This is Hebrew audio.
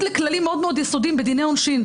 לכללים מאוד מאוד יסודיים בדיני עונשין.